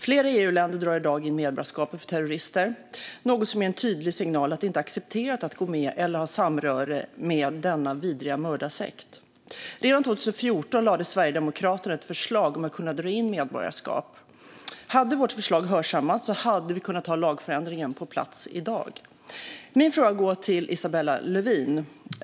Flera EU-länder drar i dag in medborgarskapet för terrorister, något som ger en tydlig signal om att det inte är accepterat att gå med i eller ha samröre med denna vidriga mördarsekt. Redan 2014 lade Sverigedemokraterna fram ett förslag om att kunna dra in medborgarskap. Hade vårt förslag hörsammats hade vi kunnat ha lagförändringen på plats i dag. Min fråga går till Isabella Lövin.